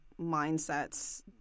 mindsets